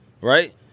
right